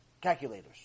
calculators